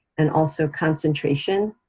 and also concentration,